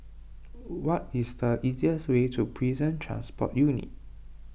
what is the easiest way to Prison Transport Unit